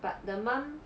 but the mum